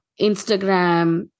Instagram